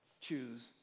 Choose